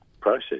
process